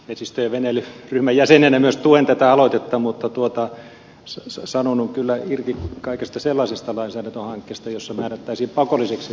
minä varovasti vesistö ja veneilyryhmän jäsenenä myös tuen tätä aloitetta mutta sanoudun kyllä irti kaikista sellaisista lainsäädäntöhankkeista joissa määrättäisiin pakolliseksi pelastusliivien päälle pukeminen